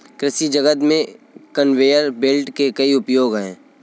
कृषि जगत में कन्वेयर बेल्ट के कई उपयोग हैं